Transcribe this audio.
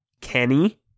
Kenny